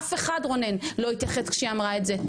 אף אחד, רונן, לא התייחס כשהיא אמרה את זה.